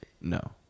No